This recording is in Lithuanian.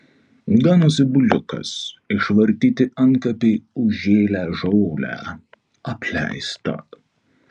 ganosi buliukas išvartyti antkapiai užžėlę žole apleista